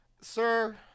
sir